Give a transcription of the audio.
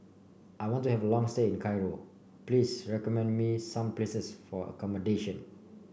I want to have a long say in Cairo please recommend me some places for accommodation